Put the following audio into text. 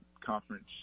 conference